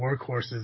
workhorses